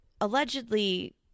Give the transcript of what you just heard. Allegedly